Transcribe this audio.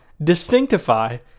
Distinctify